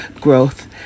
growth